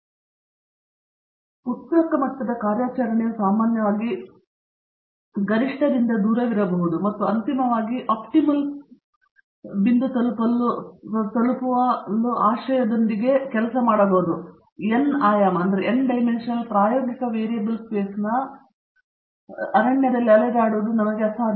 ಆದ್ದರಿಂದ ಪ್ರಸಕ್ತ ಮಟ್ಟದ ಕಾರ್ಯಾಚರಣೆಯು ಸಾಮಾನ್ಯವಾಗಿ ಗರಿಷ್ಟ ದೂರದಿಂದ ದೂರವಿರಬಹುದು ಮತ್ತು ಅಂತಿಮವಾಗಿ ಆಪ್ಟಿಮಮ್ ತಲುಪಲು ಆಶಯದೊಂದಿಗೆ n ಆಯಾಮದ ಪ್ರಾಯೋಗಿಕ ವೇರಿಯಬಲ್ ಸ್ಪೇಸ್ನ ಅರಣ್ಯದಲ್ಲಿ ಅಲೆದಾಡುವುದು ನಮಗೆ ಅಸಾಧ್ಯ